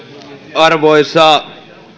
arvoisa